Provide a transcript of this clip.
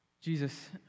Jesus